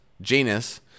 genus